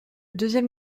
deuxième